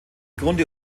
grunde